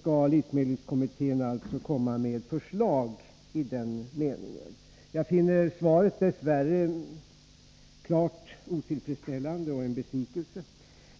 skall livsmedelskommittén lägga fram förslag i det syftet. Dess värre finner jag att svaret är klart otillfredsställande och en besvikelse.